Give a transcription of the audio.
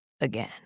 again